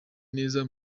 neza